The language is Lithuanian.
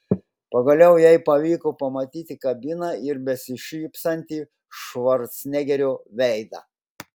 pagaliau jai pavyko pamatyti kabiną ir besišypsantį švarcnegerio veidą